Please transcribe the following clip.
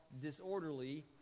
disorderly